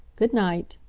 good-night.